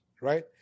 right